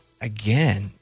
again